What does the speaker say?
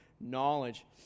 knowledge